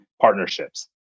partnerships